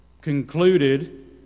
concluded